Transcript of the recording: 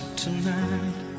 tonight